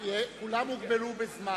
כולם הוגבלו בזמן.